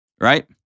Right